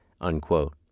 unquote